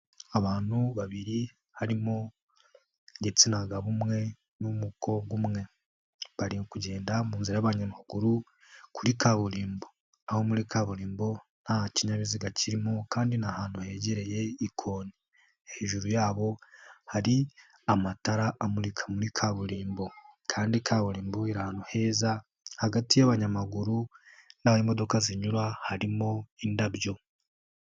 Abantu babiri harimo igitsina gabo umwe n'umukobwa umwe bari kugenda mu nzira y'abanyamaguru kuri kaburimbo aho muri kaburimbo nta kinyabiziga kirimo, kandi ni ahantu hegereye ikoni hejuru yabo hari amatara amurika muri kaburimbo kandi kaburimbo ni ahantu heza hagati y'abanyamaguru n'aho zinyura harimo indabyo.